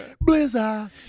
blizzard